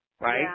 right